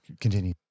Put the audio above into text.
continue